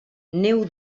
neu